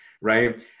Right